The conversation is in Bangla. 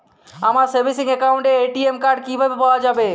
আমার সেভিংস অ্যাকাউন্টের এ.টি.এম কার্ড কিভাবে পাওয়া যাবে?